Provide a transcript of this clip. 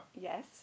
Yes